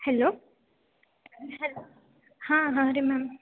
hello ಹಾಂ ಹಾಂ ರೀ ಮ್ಯಾಮ್